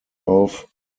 auf